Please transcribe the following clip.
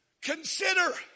consider